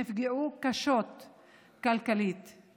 נפגעו כלכלית קשות.